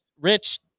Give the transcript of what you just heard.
rich